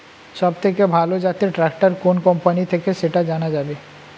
সবথেকে ভালো জাতের ট্রাক্টর কোন কোম্পানি থেকে সেটা জানা যাবে?